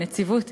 ועל נציבות.